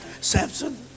Samson